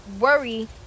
worry